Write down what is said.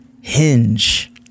Hinge